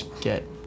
get